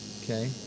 Okay